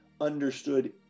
understood